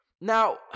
Now